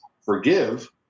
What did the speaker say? forgive